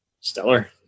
stellar